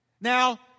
Now